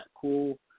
cool